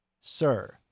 Sir